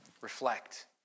Reflect